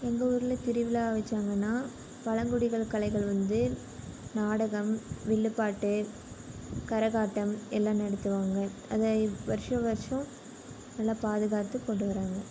எங்கள் ஊரில் திருவிழா வைச்சாங்கன்னா பழங்குடிகள் கலைகள் வந்து நாடகம் வில்லுப்பாட்டு கரகாட்டம் எல்லாம் நடத்துவாங்க அதை வருஷம் வருஷம் நல்லா பாதுகாத்து கொண்டு வர்றாங்க